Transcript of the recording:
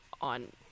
on